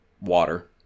water